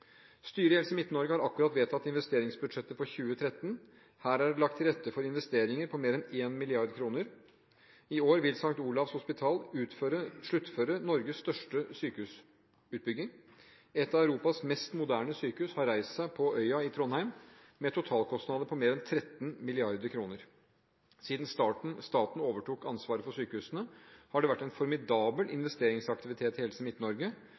Styret i Helse Midt-Norge har akkurat vedtatt investeringsbudsjettet for 2013. Her er det lagt til rette for investeringer på mer enn 1 mrd. kr. I år vil St. Olavs Hospital sluttføre Norges største sykehusutbygging. Et av Europas mest moderne sykehus har reist seg på Øya i Trondheim, med totalkostnader på mer enn 13 mrd. kr. Siden staten overtok ansvaret for sykehusene, har det vært en formidabel investeringsaktivitet i Helse